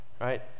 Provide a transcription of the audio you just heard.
right